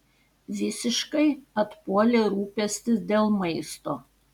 visiškai atpuolė rūpestis dėl maisto